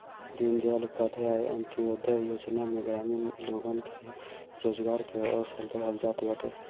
दीनदयाल उपाध्याय अन्त्योदय योजना में ग्रामीण लोगन के रोजगार के अवसर देहल जात बाटे